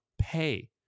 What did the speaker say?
pay